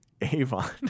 Avon